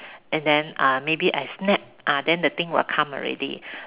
and then uh maybe I snap ah then the thing will come already